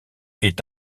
est